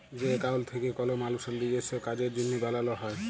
যে একাউল্ট ব্যাংকে কল মালুসের লিজস্য কাজের জ্যনহে বালাল হ্যয়